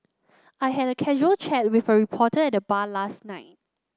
I had a casual chat with a reporter at the bar last night